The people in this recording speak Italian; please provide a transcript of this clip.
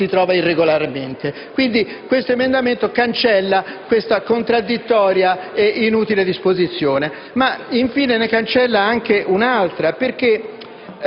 si trova irregolarmente. Quindi, l'emendamento in esame cancella questa contraddittoria e inutile disposizione. Infine, ne cancella anche un'altra, perché